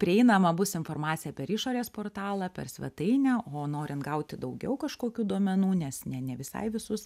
prieinama bus informacija per išorės portalą per svetainę o norint gauti daugiau kažkokių duomenų nes ne ne visai visus